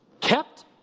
kept